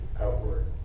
outward